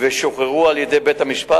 רצוני לשאול: